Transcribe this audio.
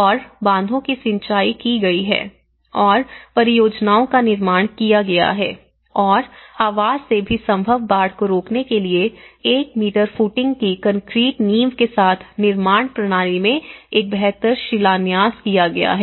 और बांधों की सिंचाई की गई है और परियोजनाओं का निर्माण किया गया है और आवास से भी संभव बाढ़ को रोकने के लिए 1 मीटर फुटिंग की कंक्रीट नींव के साथ निर्माण प्रणाली में एक बेहतर शिलान्यास किया गया है